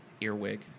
earwig